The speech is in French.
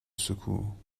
secours